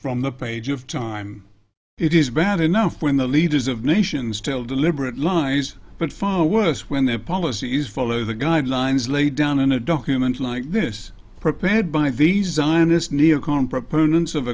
from the page of time it is bad enough when the leaders of nations tell deliberate lies but far worse when their policy is follow the guidelines laid down in a document like this prepared by the zionist neo con proponents of